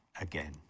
again